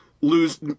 lose